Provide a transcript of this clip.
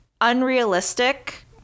unrealistic